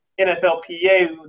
NFLPA